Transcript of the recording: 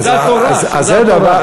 שזה התורה, זה התורה.